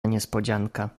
niespodzianka